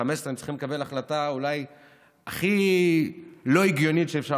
15 הם צריכים לקבל החלטה אולי הכי לא הגיונית שאפשר